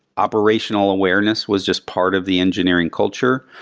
operational awareness was just part of the engineering culture,